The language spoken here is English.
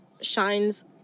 shines